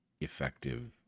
effective